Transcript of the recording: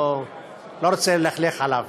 אני לא רוצה ללכלך עליו,